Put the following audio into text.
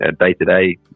day-to-day